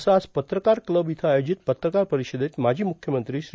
असं आज पत्रकार क्लब इथं आयोजित पत्रकार परिषदेत माजी मुख्यमंत्री श्री